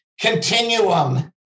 continuum